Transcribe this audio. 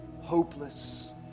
hopeless